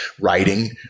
writing